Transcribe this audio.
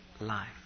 life